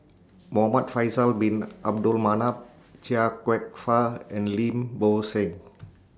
Muhamad Faisal Bin Abdul Manap Chia Kwek Fah and Lim Bo Seng